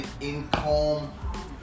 income